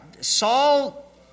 Saul